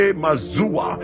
mazua